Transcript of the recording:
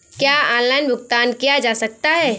क्या ऑनलाइन भुगतान किया जा सकता है?